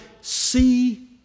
see